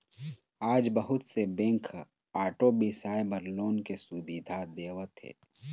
आज बहुत से बेंक ह आटो बिसाए बर लोन के सुबिधा देवत हे